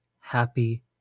happy